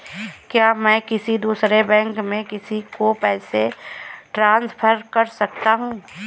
क्या मैं किसी दूसरे बैंक से किसी को पैसे ट्रांसफर कर सकता हूँ?